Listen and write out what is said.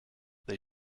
they